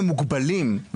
מוגבלים, הם מוגבלים.